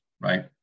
right